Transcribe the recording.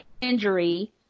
injury